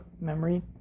memory